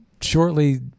shortly